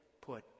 put